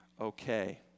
okay